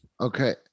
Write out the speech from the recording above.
okay